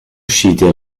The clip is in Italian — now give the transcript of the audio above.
uscite